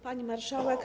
Pani Marszałek!